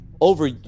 over